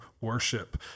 worship